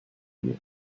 here